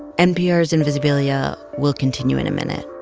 npr's invisibilia will continue in a minute